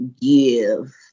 give